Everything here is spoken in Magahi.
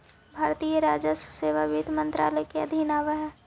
भारतीय राजस्व सेवा वित्त मंत्रालय के अधीन आवऽ हइ